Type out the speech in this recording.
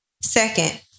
Second